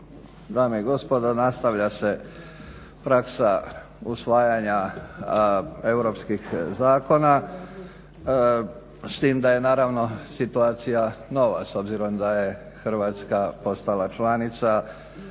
dame i gospodo, nastavlja se praksa usvajanja europskih zakona s tim da je naravno situacija nova s obzirom da je Hrvatska postala članica